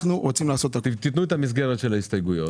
ההסתייגות?